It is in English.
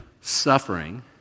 suffering